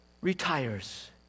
retires